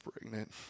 pregnant